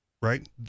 right